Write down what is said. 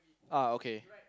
ah okay